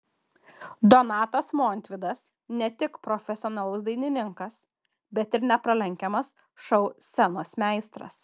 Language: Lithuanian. donatas montvydas ne tik profesionalus dainininkas bet ir nepralenkiamas šou scenos meistras